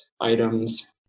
items